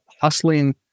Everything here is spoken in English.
hustling